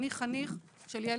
חניך-חניך של ילד